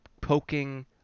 poking